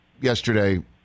yesterday